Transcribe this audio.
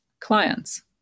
clients